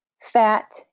fat